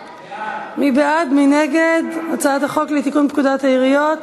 מי בעד ומי נגד הצעת החוק לתיקון פקודת העיריות